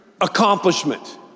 accomplishment